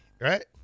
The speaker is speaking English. right